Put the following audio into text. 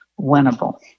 winnable